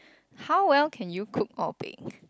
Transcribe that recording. how well can you cook or bake